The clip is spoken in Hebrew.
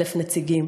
ו-100,000 נציגים.